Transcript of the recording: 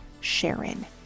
Sharon